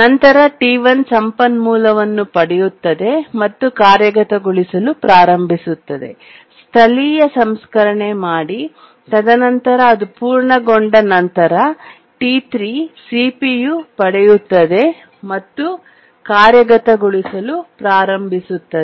ನಂತರ T1 ಸಂಪನ್ಮೂಲವನ್ನು ಪಡೆಯುತ್ತದೆ ಮತ್ತು ಕಾರ್ಯಗತಗೊಳಿಸಲು ಪ್ರಾರಂಭಿಸುತ್ತದೆ ಸ್ಥಳೀಯ ಸಂಸ್ಕರಣೆ ಮಾಡಿ ತದನಂತರ ಅದು ಪೂರ್ಣಗೊಂಡ ನಂತರ T3 ಸಿಪಿಯು ಪಡೆಯುತ್ತದೆ ಮತ್ತು ಕಾರ್ಯಗತಗೊಳಿಸಲು ಪ್ರಾರಂಭಿಸುತ್ತದೆ